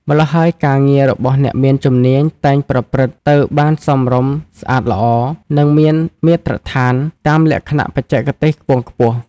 ម្ល៉ោះហើយការងាររបស់អ្នកមានជំនាញតែងប្រព្រឹត្តទៅបានសមរម្យស្អាតល្អ និងមានមាត្រដ្ឋានតាមលក្ខណៈបច្ចេកទេសខ្ពង់ខ្ពស់ ។